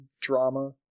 drama